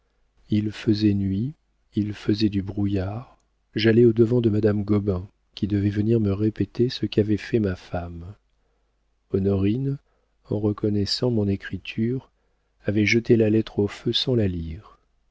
il faisait nuit il faisait du brouillard j'allai au-devant de madame gobain qui devait venir me répéter ce qu'avait fait ma femme honorine en reconnaissant mon écriture avait jeté la lettre au feu sans la lire